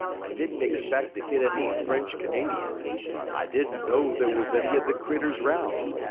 i didn't expect to hit any french canadian i didn't know there was any of the critters round.